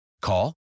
Call